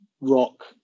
rock